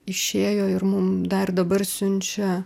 išėjo ir mum dar dabar siunčia